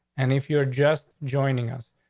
and if you're just joining us,